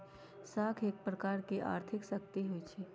साख एक प्रकार के आर्थिक शक्ति होइ छइ